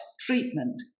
treatment